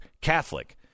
Catholic